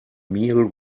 meal